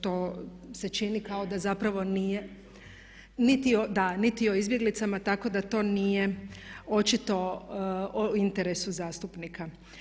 To se čini kao da zapravo nije niti o izbjeglicama tako da to nije očito u interesu zastupnika.